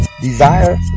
desire